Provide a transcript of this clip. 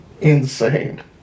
Insane